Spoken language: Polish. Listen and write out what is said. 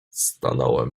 stanąłem